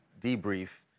debrief